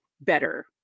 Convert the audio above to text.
better